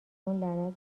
لعنت